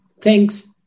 thanks